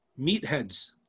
meatheads